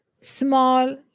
small